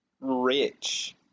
rich